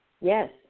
yes